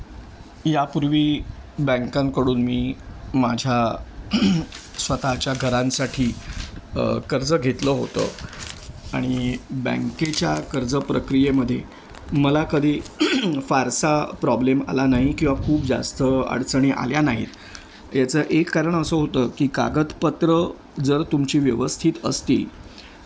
यापूर्वी बँकांकडून मी माझ्या स्वतःच्या घरांसाठी कर्ज घेतलं होतं आणि बँकेच्या कर्ज प्रक्रियेमध्ये मला कधी फारसा प्रॉब्लेम आला नाही किंवा खूप जास्त अडचणी आल्या नाहीत याचं एक कारण असं होतं की कागदपत्र जर तुमची व्यवस्थित असतील